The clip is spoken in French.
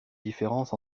différences